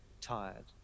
tired